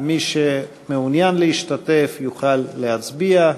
ומי שמעוניין להשתתף יוכל להצביע,